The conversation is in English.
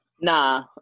Nah